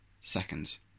seconds